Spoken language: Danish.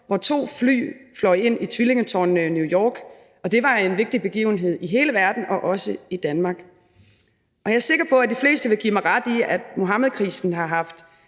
hvor to fly fløj ind i tvillingetårnene i New York. Det var en vigtig begivenhed i hele verden, også i Danmark. Jeg er sikker på, at de fleste vil give mig ret i, at Muhammedkrisen har haft